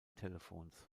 telefons